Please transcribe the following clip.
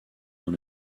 dans